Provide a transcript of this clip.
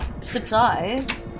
Supplies